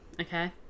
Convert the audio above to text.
Okay